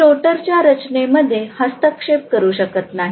मी रोटरच्या रचनेमध्ये हस्तक्षेप करू शकत नाही